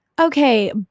okay